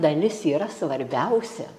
dalis yra svarbiausia